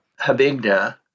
habigda